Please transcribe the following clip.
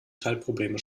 teilprobleme